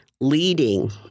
leading